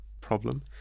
problem